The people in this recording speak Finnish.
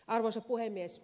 arvoisa puhemies